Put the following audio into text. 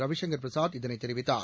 ரவிசங்கர் பிரசாத் இதனைதெரிவித்தார்